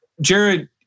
Jared